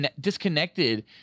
disconnected